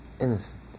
innocent